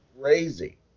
crazy